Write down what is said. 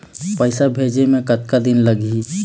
पैसा भेजे मे कतका दिन लगही?